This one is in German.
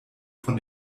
von